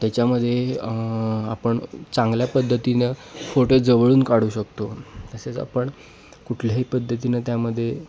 त्याच्यामध्ये आपण चांगल्या पद्धतीनं फोटो जवळून काढू शकतो तसेच आपण कुठल्याही पद्धतीनं त्यामध्ये